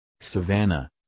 savannah